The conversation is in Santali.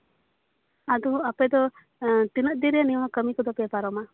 ᱟᱫᱚ ᱟᱯᱮ ᱫᱚ ᱛᱤᱱᱟᱹᱜ ᱫᱤᱱ ᱨᱮ ᱱᱚᱣᱟ ᱠᱟᱹᱢᱤ ᱠᱚᱫᱚ ᱯᱮ ᱯᱟᱨᱚᱢᱟ